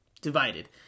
divided